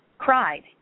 cried